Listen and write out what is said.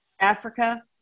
Africa